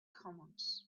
commons